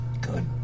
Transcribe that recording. Good